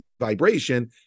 vibration